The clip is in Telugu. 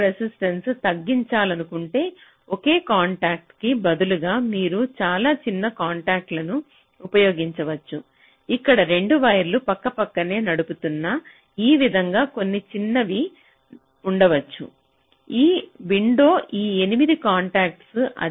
కాంటాక్ట్ రెసిస్టెన్స తగ్గించాలనుకుంటే ఒకే కాంటాక్ట్ కి బదులుగా మీరు చాలా చిన్న కాంటాక్ట్ లను ఉపయోగించవచ్చు ఇక్కడ 2 వైర్లు పక్కపక్కనే నడుస్తున్నా ఈ విధంగా కొన్ని చిన్నవి ఉండవచ్చు ఈ విండోలో ఈ 8 కాంటాక్ట్లు